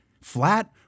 flat